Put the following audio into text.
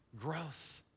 growth